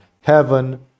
Heaven